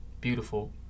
beautiful